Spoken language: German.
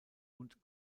und